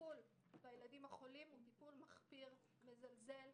הטיפול בילדים החולים הוא טיפול מכפיר, מזלזל.